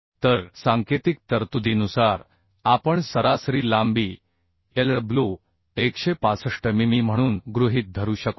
तर सांकेतिक तरतुदीनुसार आपण सरासरी लांबी Lw 165 मिमी म्हणून गृहीत धरू शकतो